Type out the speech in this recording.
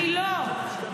אני לא.